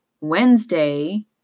Wednesday